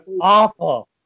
awful